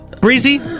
Breezy